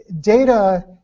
Data